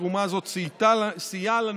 התרומה הזאת סייעה לנו,